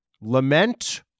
lament